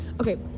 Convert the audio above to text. Okay